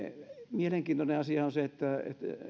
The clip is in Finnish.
mielenkiintoinen asia on se että